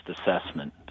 assessment